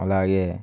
అలాగే